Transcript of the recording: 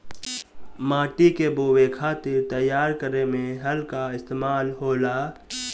माटी के बोवे खातिर तैयार करे में हल कअ इस्तेमाल होला